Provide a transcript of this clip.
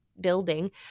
building